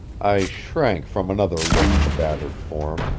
i shrank from another look at the battered form.